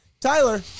Tyler